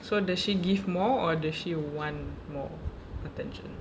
so does she give more or does she want more attention